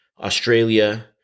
Australia